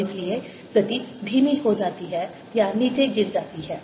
और इसलिए गति धीमी हो जाती है या नीचे गिर जाती है